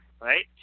right